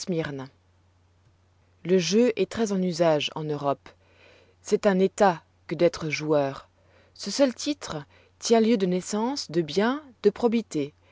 e jeu est très en usage en europe c'est un état que d'être joueur ce seul titre tient lieu de naissance de bien de probité